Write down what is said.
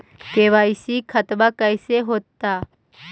KYC खतबा कैसे होता?